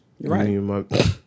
Right